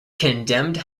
condemned